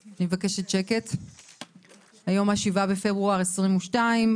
היום ה-7 בפברואר 2022,